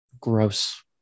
Gross